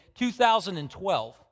2012